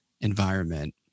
environment